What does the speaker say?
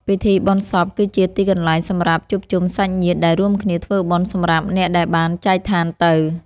ពិធីបុណ្យសពគឺជាទីកន្លែងសម្រាប់ជួបជុំសាច់ញាតិដែលរួមគ្នាធ្វើបុណ្យសម្រាប់អ្នកដែលបានចែកឋានទៅ។